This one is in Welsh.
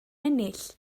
ennill